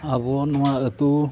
ᱟᱵᱚ ᱱᱚᱣᱟ ᱟᱛᱳ